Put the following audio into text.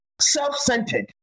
self-centered